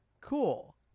cool